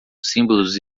símbolos